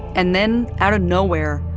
and then, out of nowhere,